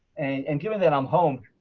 and given that i'm home,